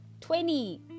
twenty